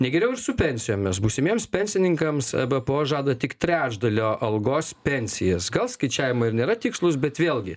negeriau su pensijomis būsimiems pensininkams bpo žada tik trečdalio algos pensijas gal skaičiavimai ir nėra tikslūs bet vėlgi